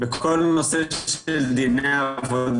בכל נושא של דיני עבודה,